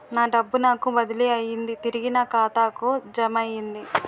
నా డబ్బు నాకు బదిలీ అయ్యింది తిరిగి నా ఖాతాకు జమయ్యింది